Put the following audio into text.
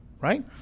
right